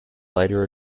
later